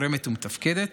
תורמת ומתפקדת,